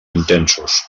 intensos